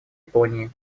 японии